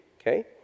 okay